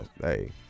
hey